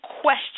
question